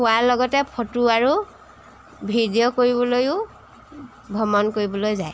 হোৱাৰ লগতে ফটো আৰু ভিডিঅ' কৰিবলৈও ভ্ৰমণ কৰিবলৈ যায়